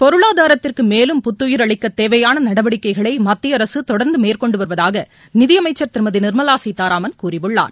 பொருளாதாரத்திற்குமேலும் புத்தயிர் அளிக்கதேவையானநடவடிக்கைகளைமத்தியஅரசுதொடர்ந்துமேற்கொண்டுவருவதாகநிதியமைச்சர் திருமதிநிர்மலாசீதாராமன் கூறியுள்ளார்